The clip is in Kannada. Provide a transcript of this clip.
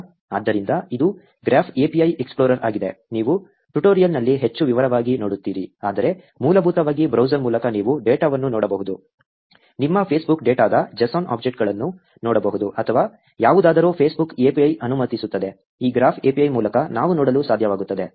ಆದ್ದರಿಂದ ಇದು ಗ್ರಾಫ್ API ಎಕ್ಸ್ಪ್ಲೋರರ್ ಆಗಿದೆ ನೀವು ಟ್ಯುಟೋರಿಯಲ್ನಲ್ಲಿ ಹೆಚ್ಚು ವಿವರವಾಗಿ ನೋಡುತ್ತೀರಿ ಆದರೆ ಮೂಲಭೂತವಾಗಿ ಬ್ರೌಸರ್ ಮೂಲಕ ನೀವು ಡೇಟಾವನ್ನು ನೋಡಬಹುದು ನಿಮ್ಮ ಫೇಸ್ಬುಕ್ ಡೇಟಾದ JSON ಆಬ್ಜೆಕ್ಟ್ಗಳನ್ನು ನೋಡಬಹುದು ಅಥವಾ ಯಾವುದಾದರೂ Facebook API ಅನುಮತಿಸುತ್ತದೆ ಈ ಗ್ರಾಫ್ API ಮೂಲಕ ನಾವು ನೋಡಲು ಸಾಧ್ಯವಾಗುತ್ತದೆ